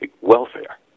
welfare